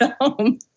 home